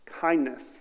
kindness